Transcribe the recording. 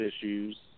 issues